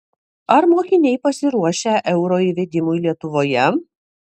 ar mokiniai pasiruošę euro įvedimui lietuvoje